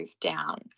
down